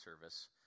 service